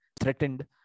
threatened